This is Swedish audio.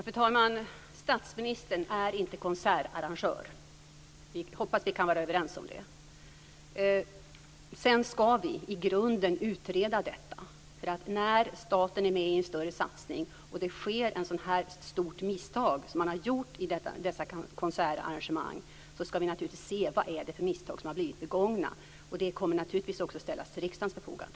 Fru talman! Statsministern är inte konsertarrangör. Jag hoppas att vi kan vara överens om det. Sedan ska vi i grunden utreda detta, därför att när staten är med i en större satsning och det sker ett sådant här stort misstag som i dessa konsertarrangemang, ska vi naturligtvis se vad det är för misstag som har blivit begångna. Det kommer naturligtvis också att ställas till riksdagens förfogande.